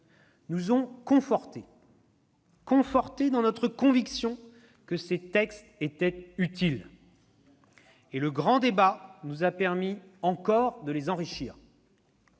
nous ont confortés dans notre conviction que ces textes étaient utiles, et le grand débat nous a permis de les enrichir.